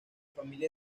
familia